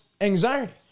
anxiety